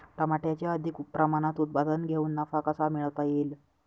टमाट्याचे अधिक प्रमाणात उत्पादन घेऊन नफा कसा मिळवता येईल?